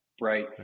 right